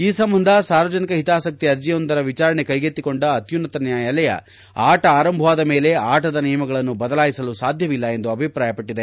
ಈ ಸಂಬಂಧ ಸಾರ್ವಜನಿಕ ಹಿತಾಸಕ್ತಿ ಅರ್ಜಿಯೊಂದರ ವಿಚಾರಣೆ ಕೈಗೆತ್ತಿಕೊಂಡ ಅತ್ತುನ್ನತ ನ್ಯಾಯಾಲಯ ಆಟ ಆರಂಭವಾದ ಮೇಲೆ ಆಟದ ನಿಯಮಗಳನ್ನು ಬದಲಾಯಿಸಲು ಸಾಧ್ಯವಿಲ್ಲ ಎಂದು ಅಭಿಪ್ರಾಯಪಟ್ಟದೆ